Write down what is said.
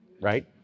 right